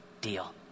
deal